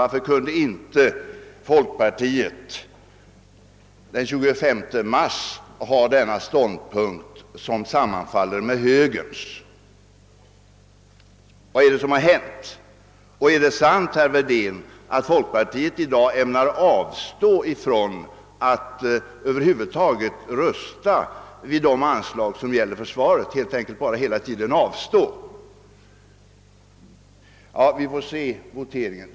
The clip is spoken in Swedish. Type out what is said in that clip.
Varför kunde inte folkpartiet den 25 mars inta denna ståndpunkt, som sammanfaller med moderata samlingspartiets? Vad är det som har hänt? Är det vidare sant, herr Wedén, att folkpartiet i dag ämnar avstå från att över huvud taget rösta beträffande de anslag som gäller försvaret? — Ja, vi får se vid voteringen hur det förhåller sig härmed.